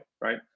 right